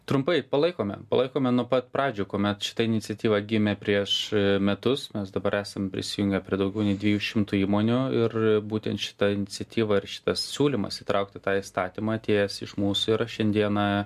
trumpai palaikome palaikome nuo pat pradžių kuomet šita iniciatyva gimė prieš metus mes dabar esam prisijungę prie daugiau nei dviejų šimtų įmonių ir būtent šita iniciatyva ir šitas siūlymas įtraukti tą įstatymą atėjęs iš mūsų yra šiandieną